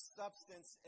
substance